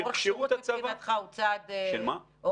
אורך השירות מבחינתך הוא צעד --- תראי,